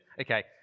Okay